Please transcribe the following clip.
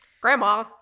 Grandma